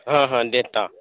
हँ हँ डेटामे